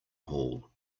hall